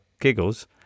giggles